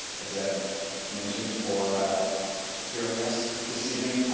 as ed mentioned, for hearing us this evening.